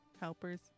helpers